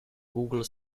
google